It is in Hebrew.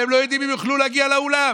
והם לא יודעים אם הם יוכלו להגיע לאולם.